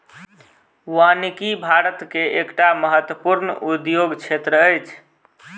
वानिकी भारत के एकटा महत्वपूर्ण उद्योग क्षेत्र अछि